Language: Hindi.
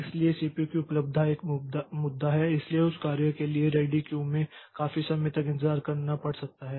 इसलिए सीपीयू की उपलब्धता एक मुद्दा है इसलिए उस कार्य के लिए रेडी क्यू में काफी समय तक इंतजार करना पड़ सकता है